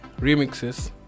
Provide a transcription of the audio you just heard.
remixes